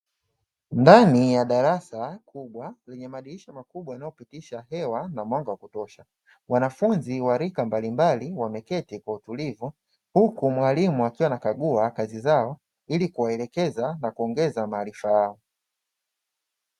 Ndani ya darasa kubwa, lenye madirisha makubwa yanayopitisha hewa na mwanga wa kutosha. Wanafunzi wa rika mbalimbali wameketi kwa utulivu huku mwalimu akiwa anakagua kazi zao, ili kuwaelekeza na kuongeza maarifa yao.